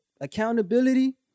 accountability